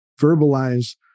verbalize